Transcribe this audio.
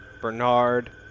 Bernard